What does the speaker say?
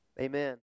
Amen